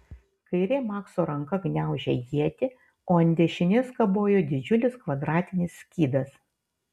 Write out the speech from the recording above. kairė makso ranka gniaužė ietį o ant dešinės kabojo didžiulis kvadratinis skydas